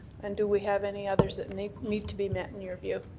and do we have any others that need need to be met in your view?